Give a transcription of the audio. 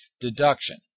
deduction